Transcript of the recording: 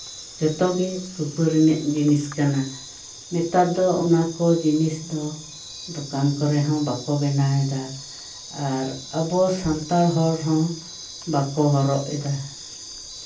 ᱡᱚᱛᱚ ᱜᱮ ᱨᱩᱯᱟᱹ ᱨᱮᱱᱟᱜ ᱡᱤᱱᱤᱥ ᱠᱟᱱᱟ ᱱᱮᱛᱟᱨ ᱫᱚ ᱚᱱᱟ ᱠᱚ ᱡᱤᱱᱤᱥ ᱫᱚ ᱫᱚᱠᱟᱱ ᱠᱚᱨᱮᱦᱚᱸ ᱵᱟᱠᱚ ᱵᱮᱱᱟᱣ ᱮᱫᱟ ᱟᱨ ᱟᱵᱚ ᱥᱟᱱᱛᱟᱲ ᱦᱚᱲ ᱦᱚᱸ ᱵᱟᱠᱚ ᱦᱚᱨᱚᱜ ᱮᱫᱟ